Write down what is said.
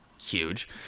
huge